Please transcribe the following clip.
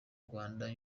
rwanda